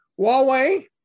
Huawei